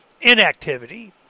inactivity